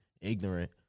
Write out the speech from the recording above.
ignorant